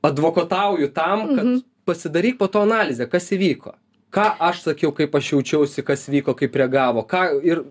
advokatauju tam kad pasidaryk po to analizė kas įvyko ką aš sakiau kaip aš jaučiausi kas vyko kaip reagavo ką ir